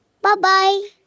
Bye-bye